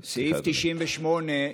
סליחה, אדוני.